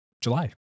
July